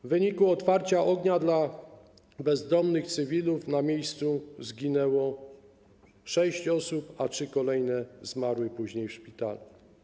W wyniku otwarcia ognia do bezbronnych cywilów na miejscu zginęło sześć osób, a trzy kolejne zmarły później w szpitalu.